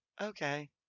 Okay